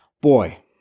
Boy